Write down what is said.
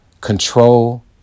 control